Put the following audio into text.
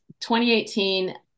2018